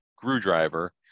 screwdriver